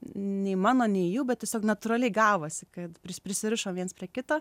nei mano nei jų bet tiesiog natūraliai gavosi kad prisirišom viens prie kito